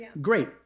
Great